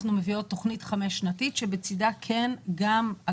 אנחנו מביאות תכנית חמש שנתית שבצידה יש גם את